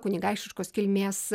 kunigaikštiškos kilmės